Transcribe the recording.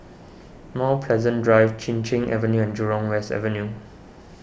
Mount Pleasant Drive Chin Cheng Avenue and Jurong West Avenue